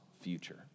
future